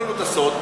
תגלו לנו את הסוד.